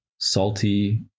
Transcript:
Salty